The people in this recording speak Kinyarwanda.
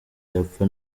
apfa